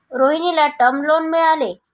रोहिणीला term loan मिळाले